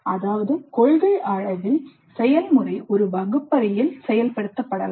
அதாவது கொள்கையளவில் செயல்முறை ஒரு வகுப்பறையில் செயல்படுத்தப்படலாம்